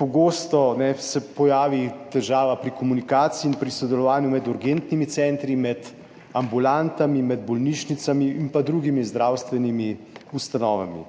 pogosto se pojavi težava pri komunikaciji in pri sodelovanju med urgentnimi centri, med ambulantami, med bolnišnicami in pa drugimi zdravstvenimi ustanovami.